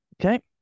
Okay